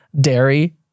dairy